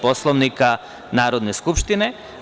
Poslovnika Narodne skupštine.